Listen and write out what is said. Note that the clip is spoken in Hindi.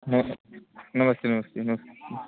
नमस्ते नमस्ते नमस्ते नमस्ते